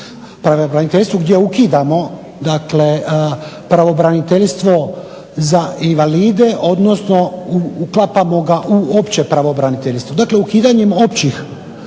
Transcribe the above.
pravobraniteljstvu gdje ukidamo dakle pravobraniteljstvo za invalide, odnosno uklapamo ga u opće pravobraniteljstvo. Dakle, ukidanjem općih